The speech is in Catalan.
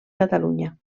catalunya